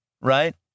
Right